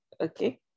okay